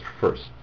first